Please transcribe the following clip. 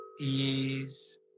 ease